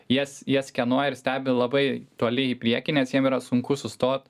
jas jie skenuoja ir stebi labai toli į priekį nes jiem yra sunku sustot